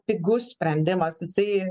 pigus sprendimas jisai